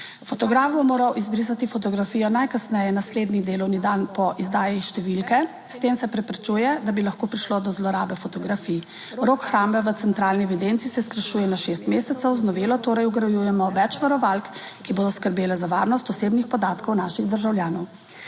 Fotograf bo moral izbrisati fotografijo najkasneje naslednji delovni dan po izdaji številke. S tem se preprečuje, da bi lahko prišlo do zlorabe fotografij. Rok hrambe v centralni evidenci se skrajšuje na šest mesecev. Z novelo torej vgrajujemo več varovalk, ki bodo skrbele za varnost osebnih podatkov naših državljanov.